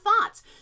thoughts